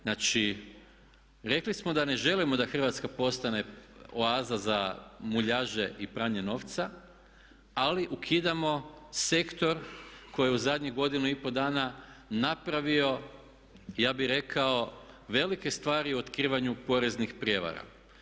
Znači, rekli smo da ne želimo da Hrvatska postane oaza za muljaže i pranje novca, ali ukidamo sektor koji je u zadnjih godinu i pol dana napravio ja bih rekao velike stvari u otkrivanju poreznih prijevara.